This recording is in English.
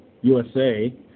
USA